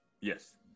Yes